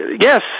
yes